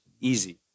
easy